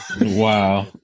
Wow